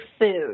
food